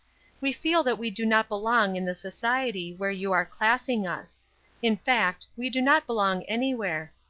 we feel that we do not belong in the society where you are classing us in fact, we do not belong anywhere.